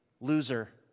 loser